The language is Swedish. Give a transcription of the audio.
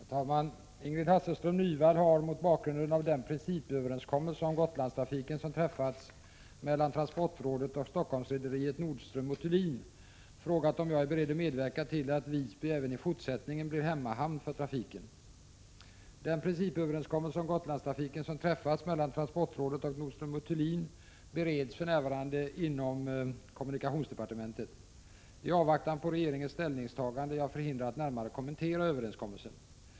Herr talman! Ingrid Hasselström Nyvall har, mot bakgrund av den principöverenskommelse om Gotlandstrafiken som träffats mellan transportrådet och Stockholmsrederiet Nordström & Thulin AB, frågat om jag är beredd att medverka till att Visby även i fortsättningen blir hemmahamn för trafiken. Den principöverenskommelse om Gotlandstrafiken som träffats mellan transportrådet och Nordström & Thulin bereds för närvarande inom kommunikationsdepartementet. I avvaktan på regeringens ställningstagande är jag förhindrad att närmare kommentera överenskommelsen.